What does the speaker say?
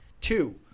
Two